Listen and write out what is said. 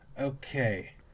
Okay